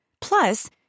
Plus